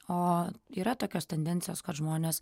o yra tokios tendencijos kad žmonės